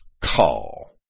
call